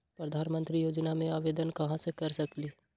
प्रधानमंत्री योजना में आवेदन कहा से कर सकेली?